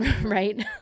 Right